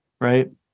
right